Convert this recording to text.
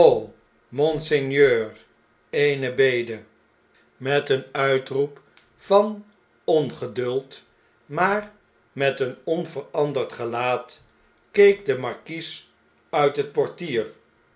eene bede met een uitroep van ongeduld maar met een onveranderd gelaat keek de markies uit het portier